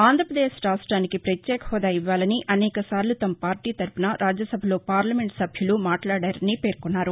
ఆంధ్రప్రదేశ్ రాష్ట్రానికి ప్రత్యేక హాదా ఇవ్వాలని అనేకసార్లు తమ పార్లీ తరపున రాజ్యసభలో పార్లమెంటు సభ్యలు మాట్లాడారని పేర్కొన్నారు